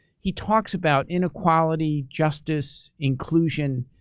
he talks about inequality, justice, inclusion,